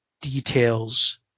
details